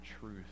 truth